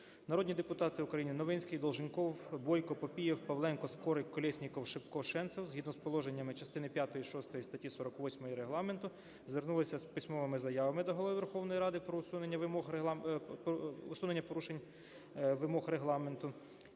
Народні депутати України Новинський, Долженков, Бойко, Папієв, Павленко, Скорик, Колєсніков, Шипко, Шенцев згідно з положеннями частини п'ятої, шостої статті 48 Регламенту звернулися з письмовими заявами до Голови Верховної Ради про усунення порушень вимог Регламенту